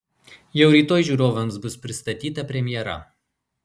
jau rytoj žiūrovams bus pristatyta premjera